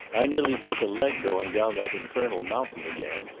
i nearly broke a leg going down that infernal mountain again.